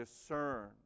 discern